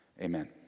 Amen